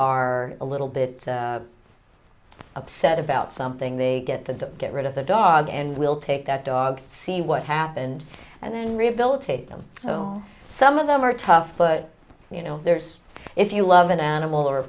are a little bit upset about something they get to get rid of the dog and we'll take that dog see what happened and then rehabilitate them so some of them are tough but you know there's if you love an animal or a